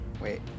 Wait